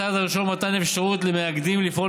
הצעד הראשון הוא מתן אפשרות למאגדים לפעול